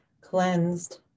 cleansed